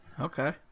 Okay